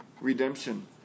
redemption